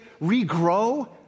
regrow